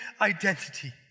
identity